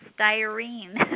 styrene